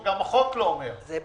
גם החוק לא אומר את זה.